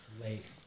late